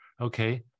okay